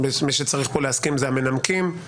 מי שצריך פה להסכים זה המנמקים.